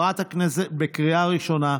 לקריאה ראשונה.